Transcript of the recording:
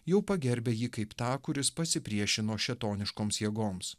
jau pagerbia jį kaip tą kuris pasipriešino šėtoniškoms jėgoms